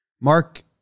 Mark